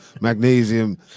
magnesium